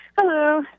Hello